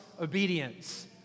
obedience